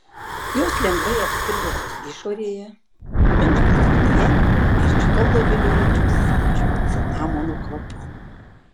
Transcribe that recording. jos lengvai apskrudusios išorėje minkštos viduje ir iš tolo viliojančios saldžiu cinamono kvapu